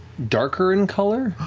darker in color.